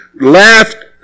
left